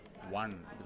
one